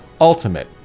Ultimate